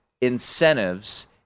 incentives